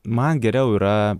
man geriau yra